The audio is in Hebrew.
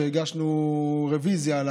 הגשנו רוויזיה על